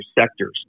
sectors